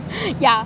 yeah